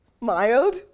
mild